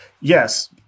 Yes